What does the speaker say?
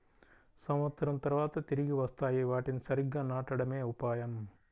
సంవత్సరం తర్వాత తిరిగి వస్తాయి, వాటిని సరిగ్గా నాటడమే ఉపాయం